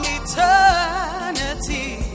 eternity